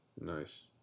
Nice